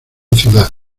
ciudad